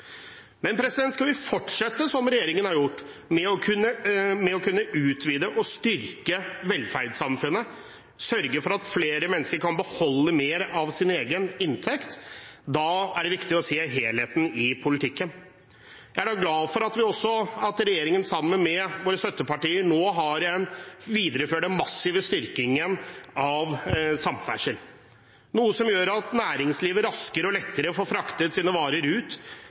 men alle forslag om å forbedre pleiepengeordningen ble da nedstemt. Nå viser de fire ikke-sosialistiske partiene at vi nok en gang styrker pleiepengeordningen. Skal vi fortsette som regjeringen har gjort, med å kunne utvide og styrke velferdssamfunnet, sørge for at flere mennesker kan beholde mer av sin egen inntekt, er det viktig å se helheten i politikken. Jeg er glad for at regjeringen sammen med våre støttepartier nå har videreført den massive styrkingen av samferdsel – noe som gjør at næringslivet raskere og lettere får fraktet